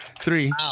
Three